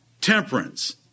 temperance